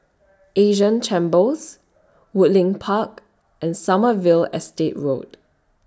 Asian Chambers Woodleigh Park and Sommerville Estate Road